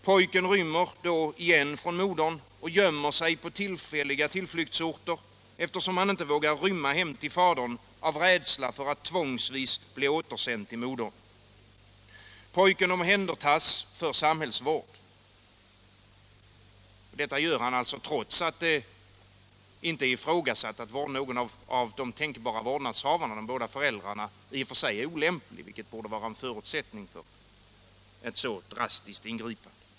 Pojken rymmer då igen från modern och gömmer sig på tillfälliga tillflyktsorter, eftersom han inte vågar rymma hem till fadern av rädsla för att tvångsvis bli återsänd till modern. Pojken omhändertas för samhällsvård. Detta sker alltså trots att lämpligheten inte har ifrågasatts för någon av de båda tänkbara vårdnadshavarna, de båda föräldrarna, vilket borde vara en förutsättning för ett så drastiskt ingripande.